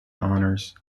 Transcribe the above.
honors